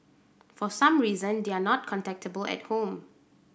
for some reason they are not contactable at home